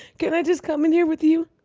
can i just come in here with you?